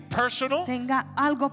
personal